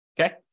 okay